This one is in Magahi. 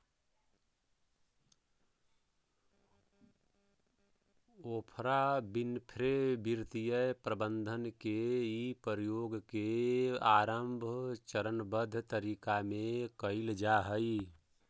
ओफ्रा विनफ्रे वित्तीय प्रबंधन के इ प्रयोग के आरंभ चरणबद्ध तरीका में कैइल जा हई